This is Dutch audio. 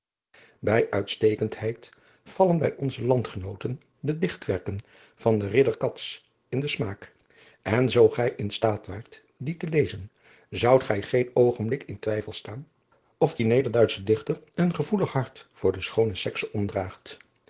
bij uitstekendheid vallen bij onze landgenooten de dichtwerken van den ridder cats in den smaak en zoo gij in staat waart die te lezen zoudt gij geen oogenblik in twijfel staan of die nederduitsche dichter een gevoelig hart voor de schoone sekse